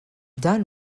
dan